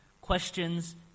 Questions